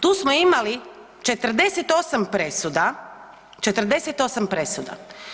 Tu smo imali 48 presuda, 48 presuda.